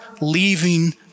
leaving